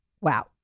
Wow